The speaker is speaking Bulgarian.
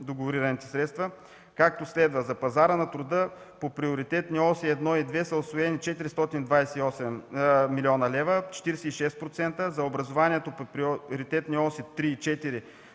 договорираните средства, както следва: за пазара на труда по приоритетни оси 1 и 2 са усвоени 428 млн. лв. или 46%; за образование по приоритетни оси 3 и 4